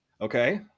Okay